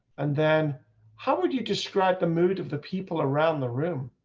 and then how would you describe the mood of the people around the room.